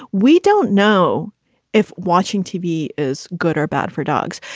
we don't know if watching tv is good or bad for dogs.